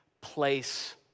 place